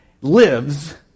lives